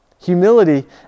Humility